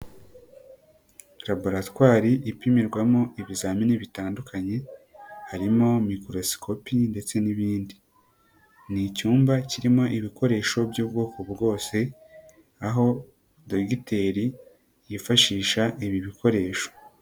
Laboratwari ipimirwamo ibizamini bitandukanye harimo mikorosikopi ndetse n'ibindi, n'icyumba kirimo ibikoresho by'ubwoko bwose aho Dogiteri yifashisha ibi bikoresho.